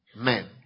Men